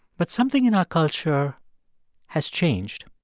but something in our culture has changed